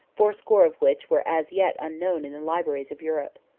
fourscore of which were as yet unknown in the libraries of europe.